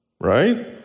Right